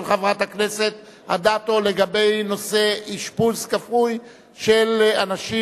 חברת הכנסת אדטו לגבי נושא אשפוז כפוי של אנשים